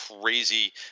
crazy